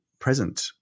present